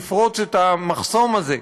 לפרוץ את המחסום הזה,